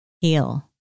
heal